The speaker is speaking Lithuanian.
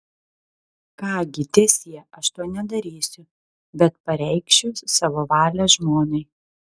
ką gi teesie aš to nedarysiu bet pareikšiu savo valią žmonai